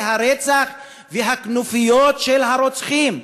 שהיא הרצח והכנופיות של הרוצחים,